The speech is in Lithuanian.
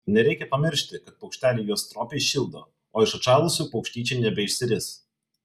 nereikia pamiršti kad paukšteliai juos stropiai šildo o iš atšalusių paukštyčiai nebeišsiris